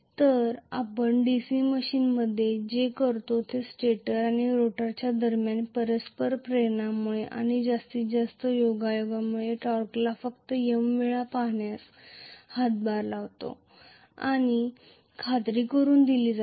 तर आपण DC मशीनमध्ये जे करतो ते हे स्टेटर आणि रोटरच्या दरम्यानच्या म्युच्युअल इंडक्टन्स मुळे आणि जास्तीत जास्त योगायोगाने टॉर्कला फक्त M वेळा बनण्यास हातभार लावितो याची खात्री करुन दिली जाते